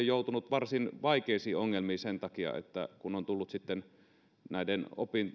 joutunut varsin vaikeisiin ongelmiin kun on tullut näiden